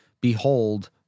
Behold